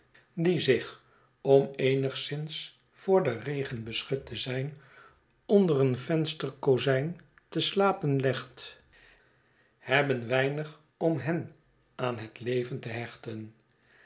die zich om eenigszins voor den regen beschut te zijn onder een vensterkozijn te slapen legt hebben weinig om hen aan het leven te hechten